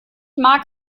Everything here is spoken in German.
mag